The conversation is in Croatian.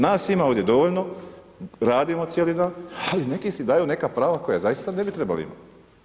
Nas ima ovdje dovoljno, radimo cijeli dan, ali neki si daju neka prava koja zaista ne bi trebali imati.